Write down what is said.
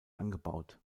angebaut